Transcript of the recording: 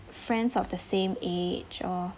friends of the same age or